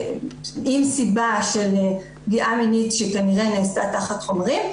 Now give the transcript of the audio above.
עם סיבה של פגיעה מינית שכנראה נעשתה תחת חומרים,